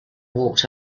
walked